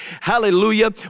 Hallelujah